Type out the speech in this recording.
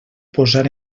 posar